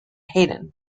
haydn